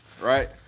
right